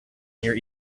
near